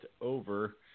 over